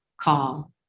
call